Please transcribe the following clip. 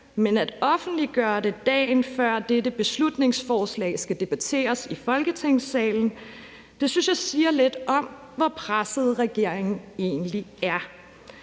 men at offentliggøre det dagen før dette beslutningsforslag skal debatteres i Folketingssalen, synes jeg siger lidt om, hvor presset regeringen egentlig er.